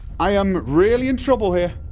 i am really in trouble here